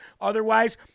Otherwise